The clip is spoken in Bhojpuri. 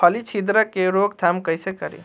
फली छिद्रक के रोकथाम कईसे करी?